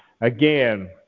Again